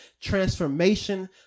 transformation